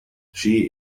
she